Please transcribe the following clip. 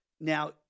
Now